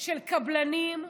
של קבלנים,